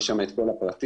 יש שם את כל הפרטים,